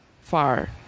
far